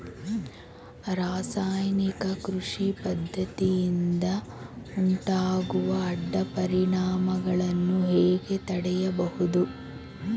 ರಾಸಾಯನಿಕ ಕೃಷಿ ಪದ್ದತಿಯಿಂದ ಉಂಟಾಗುವ ಅಡ್ಡ ಪರಿಣಾಮಗಳನ್ನು ಹೇಗೆ ತಡೆಯಬಹುದು?